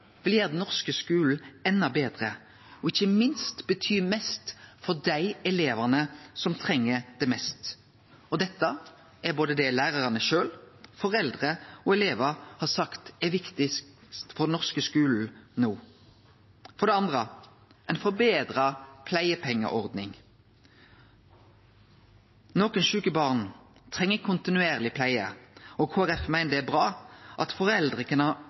vil gjere den norske skulen endå betre og ikkje minst bety mest for dei elevane som treng det mest. Dette er det både lærarane sjølve, foreldre og elevar har sagt er det viktigaste for den norske skulen no. ei forbetra pleiepengeordning. Nokre sjuke barn treng kontinuerleg pleie, og Kristeleg Folkeparti meiner det er bra at foreldre kan